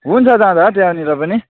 हुन्छ जाँदा त्यहाँनिर पनि